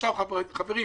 חשוב שנדע,